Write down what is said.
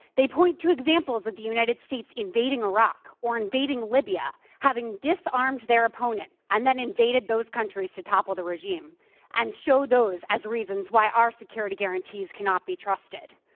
they point to examples of the united states invading iraq or invading libya, having disarmed their opponent and then invaded those countries to topple the regime and show those as reasons why our security guarantees cannot be trusted.